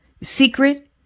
Secret